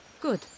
Good